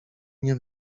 nie